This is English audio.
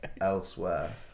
elsewhere